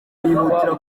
bihutira